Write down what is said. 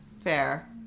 Fair